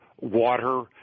water